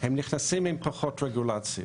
הם נכנסים עם פחות רגולציות